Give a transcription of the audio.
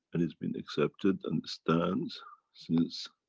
and it's been accepted, understands since